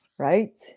Right